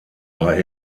war